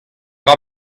dra